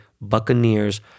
Buccaneers